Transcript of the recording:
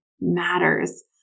matters